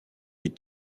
les